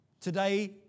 Today